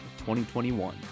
2021